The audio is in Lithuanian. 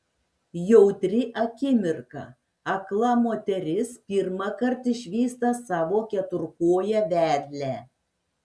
jautri akimirka akla moteris pirmąkart išvysta savo keturkoję vedlę